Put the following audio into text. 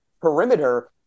perimeter